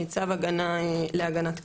צו הגנה להגנת קטין,